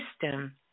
system